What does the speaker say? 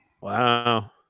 Wow